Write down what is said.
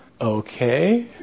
Okay